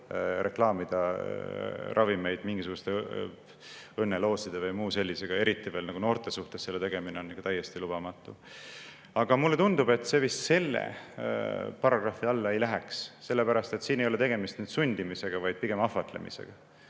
reklaamida ravimeid mingisuguste õnnelooside või muu sellisega, eriti veel noortele, selle tegemine on täiesti lubamatu. Aga mulle tundub, et selle paragrahvi alla see ei läheks, sellepärast et tegemist ei ole sundimisega, vaid pigem ahvatlemisega.